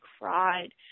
cried